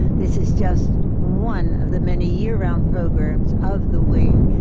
this is just one of the many year-round programs of the wing,